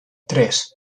tres